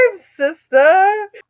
sister